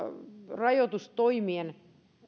rajoitustoimien